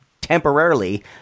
temporarily